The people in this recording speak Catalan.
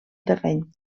terreny